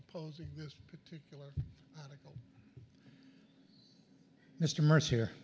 opposing this particular mr mer